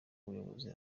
buyobozi